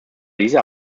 dieser